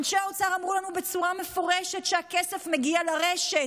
אנשי האוצר אמרו לנו בצורה מפורשת שהכסף מגיע לרשת.